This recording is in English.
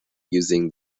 using